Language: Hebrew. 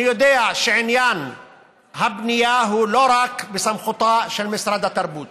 אני יודע שעניין הבנייה הוא לא רק בסמכותו של משרד התרבות